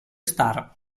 star